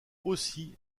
aussi